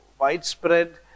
widespread